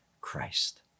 Christ